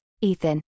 Ethan